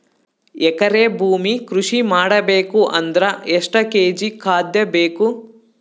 ಎಕರೆ ಭೂಮಿ ಕೃಷಿ ಮಾಡಬೇಕು ಅಂದ್ರ ಎಷ್ಟ ಕೇಜಿ ಖಾದ್ಯ ಬೇಕು?